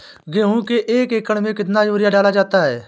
गेहूँ के एक एकड़ में कितना यूरिया डाला जाता है?